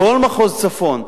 כל מחוז צפון,